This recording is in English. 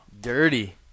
Dirty